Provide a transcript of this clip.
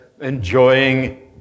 enjoying